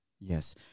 Yes